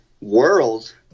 world